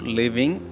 living